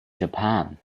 japan